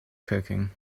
cooking